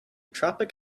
tropic